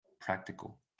practical